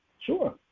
sure